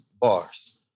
bars